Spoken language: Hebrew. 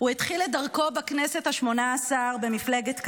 הוא התחיל את דרכו בכנסת ה-18 במפלגת קדימה,